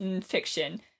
fiction